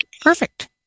perfect